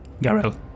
Garel